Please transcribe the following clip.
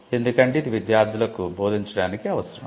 ఎందుకంటే ఇది విద్యార్థులకు బోధించడానికి అవసరం